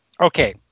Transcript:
okay